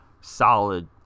solid